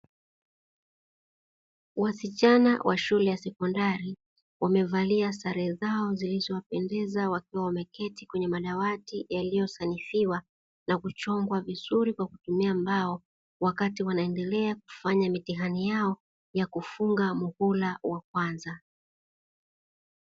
Wasichana wa shule ya sekondari wamevalia sare zao zilizowapendeza wakiwa wameketi kwenye madawati yaliyosanifiwa na kuchongwa vizuri kwa kutumia mbao, wakati wanaendelea kufanya mitihani yao ya kufunga muhula wa kwanza.